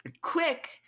Quick